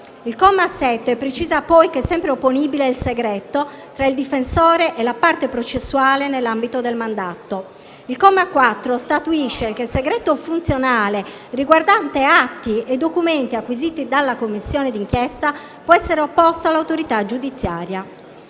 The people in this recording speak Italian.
Il comma 7 precisa poi che è sempre opponibile il segreto tra il difensore e la parte processuale nell'ambito del mandato. Il comma 4 statuisce che il segreto funzionale riguardante atti e documenti acquisiti dalla Commissione di inchiesta può essere opposto all'autorità giudiziaria.